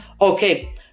Okay